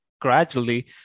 gradually